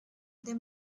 they